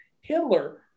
Hitler